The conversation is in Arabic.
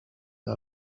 إلى